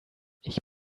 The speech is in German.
ich